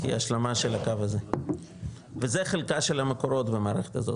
כהשלמה של הקו הזה וזה חלקה של המקורות במערכת הזה,